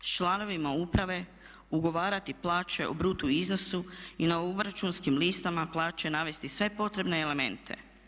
S članovim uprave ugovarati plaće o bruto iznosu i na obračunskim listama plaće navesti sve potrebna elemente.